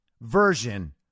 version